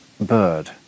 bird